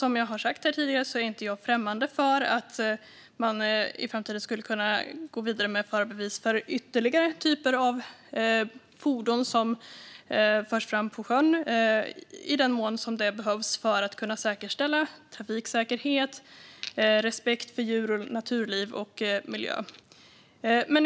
Men samtidigt är jag inte främmande för att i framtiden gå vidare med förarbevis för ytterligare typer av fordon som förs fram på sjön, i den mån det behövs för trafiksäkerheten, för respekten för djur och naturliv och för miljön.